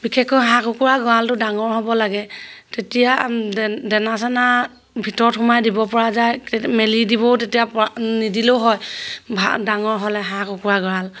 বিশেষকৈ হাঁহ কুকুৰা গঁড়ালটো ডাঙৰ হ'ব লাগে তেতিয়া দে দেনা চেনা ভিতৰত সোমাই দিব পৰা যায় কে মেলি দিবও তেতিয়া পৰা নিদিলেও হয় ভা ডাঙৰ হ'লে হাঁহ কুকুৰা গঁড়াল